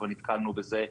כבר נתקלנו בזה,